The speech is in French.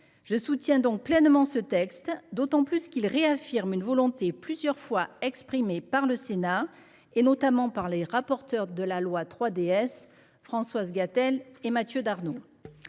Je soutiens donc pleinement ce texte, lequel réaffirme une volonté maintes fois exprimée par le Sénat, et notamment par les rapporteurs de la loi 3DS, Françoise Gatel et Mathieu Darnaud.